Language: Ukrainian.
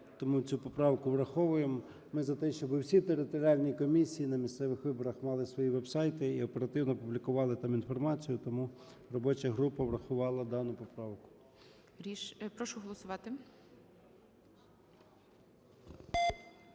тому цю поправку враховуємо. Ми за те, щоб всі територіальні комісії на місцевих виборах мали свої веб-сайти і оперативно публікували там інформацію, тому робоча група врахувала дану поправку.